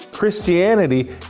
Christianity